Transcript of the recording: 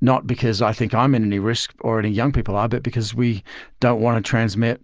not because i think i'm in any risk or any young people are, ah but because we don't want to transmit